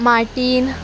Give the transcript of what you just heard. Martin